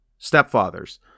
stepfathers